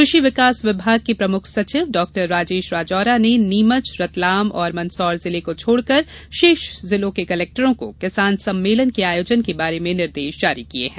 कृषि विकास विभाग के प्रमुख सचिव डाक्टर राजेश राजोरा ने नीमच रतलाम और मन्दसौर जिले को छोड़कर शेष जिलों के कलेक्टरों को किसान सम्मेलन के आयोजन के बारे में निर्देश जारी किये हैं